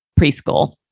preschool